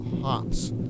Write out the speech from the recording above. hops